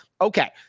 Okay